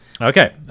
okay